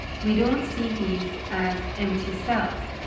we don't see these as empty cells.